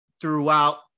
throughout